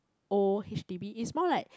old H_D_B it's more like